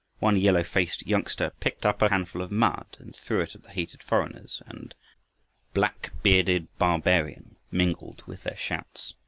one yellow-faced youngster picked up a handful of mud and threw it at the hated foreigners and black-bearded barbarian, mingled with their shouts.